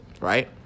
right